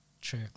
true